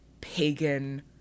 pagan